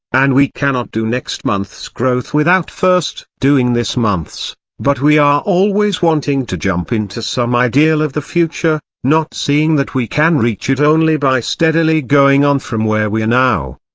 and we cannot do next month's growth without first doing this month's but we are always wanting to jump into some ideal of the future, not seeing that we can reach it only by steadily going on from where we are now.